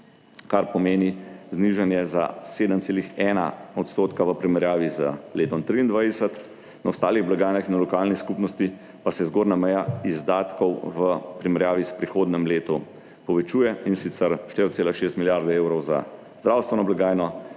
kar pomeni znižanje za 7,1 odstotka v primerjavi z letom 23. Na ostalih blagajnah na lokalni skupnosti pa se zgornja meja izdatkov v primerjavi s prihodnjem letu povečuje, in sicer, 4,6 milijarde evrov za zdravstveno blagajno,